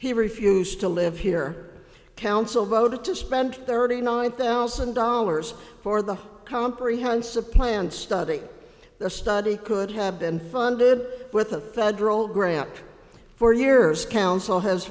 he refused to live here council voted to spend thirty nine thousand dollars for the comprehensive plan study the study could have been funded with a federal grant for years council has